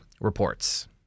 reports